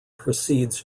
precedes